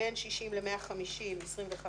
בין 60 ל-150 25